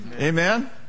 Amen